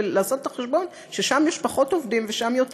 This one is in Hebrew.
ולעשות את החשבון ששם יש פחות עובדים ושם יותר,